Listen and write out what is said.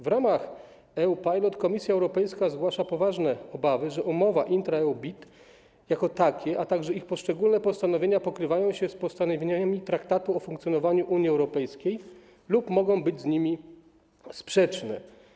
W ramach EU Pilot Komisja Europejska zgłasza poważne obawy, że umowy intra-EU BIT jako takie, a także ich poszczególne postanowienia pokrywają się z postanowieniami Traktatu o funkcjonowaniu Unii Europejskiej lub mogą być z nimi sprzeczne.